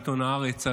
בעיתון הארץ,